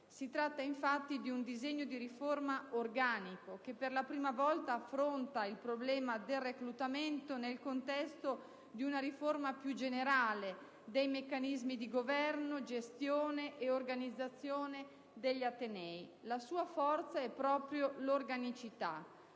Si tratta infatti di un disegno di riforma organico che per la prima volta affronta il problema del reclutamento nel contesto di una riforma più generale dei meccanismi di governo, gestione e organizzazione degli atenei. La sua forza è proprio l'organicità.